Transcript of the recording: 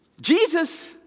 Jesus